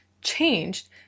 changed